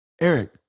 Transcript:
Eric